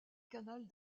canal